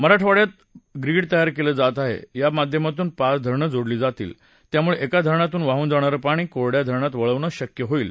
मराठवाड्यात प्रीड तयार कलि जात आहा आ माध्यमातून पाच धरणं जोडली जातील त्यामुळपिका धरणातून वाहून जाणारं पाणी कोरङ्या धरणात वळवणं शक्य होईल